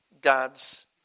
God's